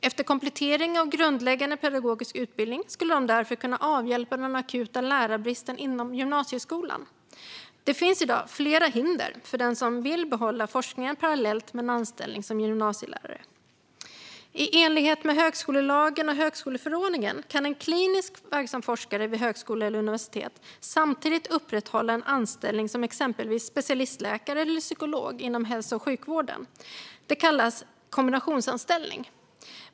Efter komplettering av grundläggande pedagogisk utbildning skulle de därför kunna avhjälpa den akuta lärarbristen inom gymnasieskolan. Det finns i dag flera hinder för den som vill behålla forskningen parallellt med en anställning som gymnasielärare. I enlighet med högskolelagen och högskoleförordningen kan en kliniskt verksam forskare vid högskola eller universitet samtidigt upprätthålla en anställning som exempelvis specialistläkare eller psykolog inom hälso och sjukvården. Det kallas kombinationsanställning.